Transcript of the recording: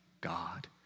God